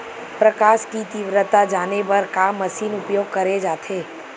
प्रकाश कि तीव्रता जाने बर का मशीन उपयोग करे जाथे?